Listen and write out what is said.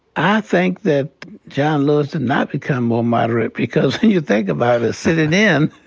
i think that john lewis did not become more moderate. because when you think about it, sitting in,